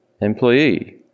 employee